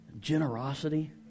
Generosity